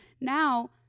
now